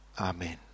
Amen